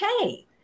okay